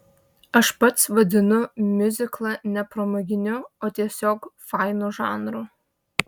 aš pats vadinu miuziklą ne pramoginiu o tiesiog fainu žanru